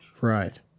Right